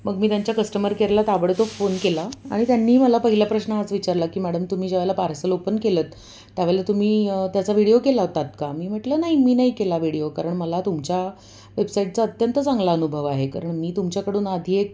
मग मी त्यांच्या कस्टमर केअरला ताबडतोब फोन केला आणि त्यांनी मला पहिला प्रश्न हाच विचारला की मॅडम तुम्ही ज्यावेळेला पार्सल ओपन केलंत त्यावेळेला तुम्ही त्याचा विडिओ केला होतात का मी म्हटलं नाही मी नाही केला व्हिडीओ कारण मला तुमच्या वेबसाईटचा अत्यंत चांगला अनुभव आहे कारण मी तुमच्याकडून आधी एक